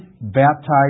baptized